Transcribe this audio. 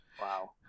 Wow